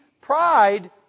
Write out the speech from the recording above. pride